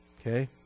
Okay